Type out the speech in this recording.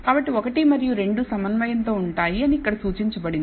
కాబట్టి 1 మరియు 2 సమన్వయంతో ఉంటాయి అని ఇక్కడ సూచించబడినది